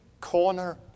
corner